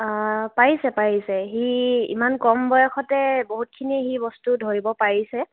পাৰিছে পাৰিছে সি ইমান কম বয়সতে বহুতখিনিয়ে বস্তু সি ধৰিব পাৰিছে